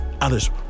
others